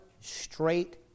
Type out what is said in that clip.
straight